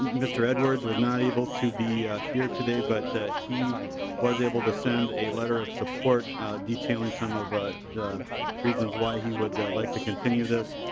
mr. edward was not able to be here today but he was able to snd a letter of support detailing some of the reasons why he would like to continue this.